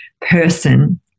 person